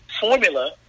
formula